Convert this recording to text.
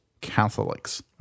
Catholics